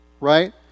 right